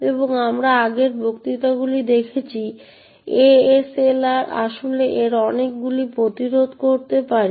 এবং আমরা আগের বক্তৃতাগুলি দেখেছি ASLR আসলে এর অনেকগুলি প্রতিরোধ করতে পারে